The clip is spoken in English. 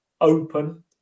open